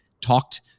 talked